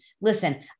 Listen